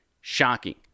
shocking